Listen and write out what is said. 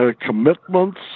commitments